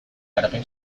garapen